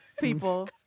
people